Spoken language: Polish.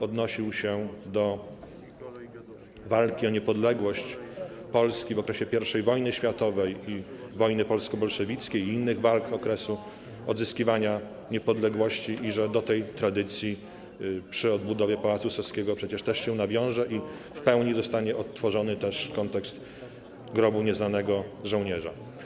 Odnosił się do walki o niepodległość Polski w okresie I wojny światowej i wojny polsko-bolszewickiej oraz innych walk okresu odzyskiwania niepodległości - do tej tradycji przy odbudowie Pałacu Saskiego się nawiąże i w pełni zostanie odtworzony kontekst Grobu Nieznanego Żołnierza.